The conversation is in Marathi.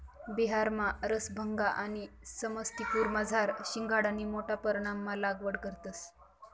बिहारमा रसभंगा आणि समस्तीपुरमझार शिंघाडानी मोठा परमाणमा लागवड करतंस